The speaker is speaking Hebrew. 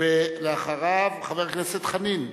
ואחריו, חבר הכנסת חנין.